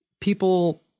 people